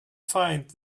find